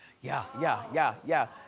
yeah, yeah, yeah, yeah.